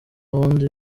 bundi